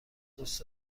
دوست